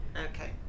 okay